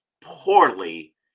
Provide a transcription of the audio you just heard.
poorly